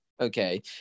okay